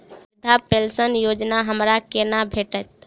वृद्धा पेंशन योजना हमरा केना भेटत?